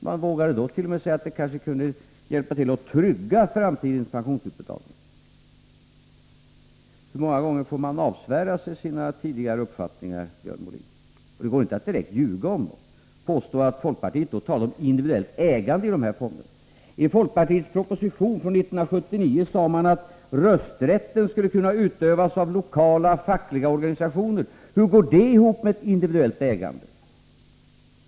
Man vågade t.o.m. säga att systemet kanske kunde hjälpa till att trygga framtidens pensionsutbetalningar. Hur många gånger får man avsvära sig sina tidigare uppfattningar, Björn Molin? Det går inte att direkt ljuga om dem och påstå att folkpartiet talade om individuellt ägande i de här fonderna. I folkpartiregeringens proposition år 1979 sade man att rösträtten skulle kunna utövas av lokala fackliga organisationer. Hur går det ihop med ett individuellt ägande?